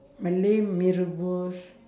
malay mee-rebus